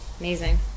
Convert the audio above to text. Amazing